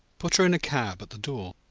put her in a cab at the door.